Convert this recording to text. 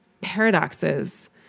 paradoxes